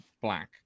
black